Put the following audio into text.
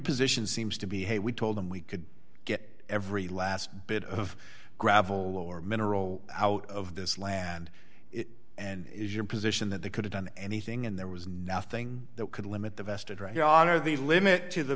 position seems to be hey we told them we could get every last bit of gravel or mineral out of this land and it was your position that they could have done anything and there was nothing that could limit the vested right yonder the limit to the